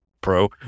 pro